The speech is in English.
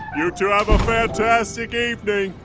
you two have a fantastic evening.